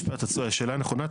השאלה היא נכונה,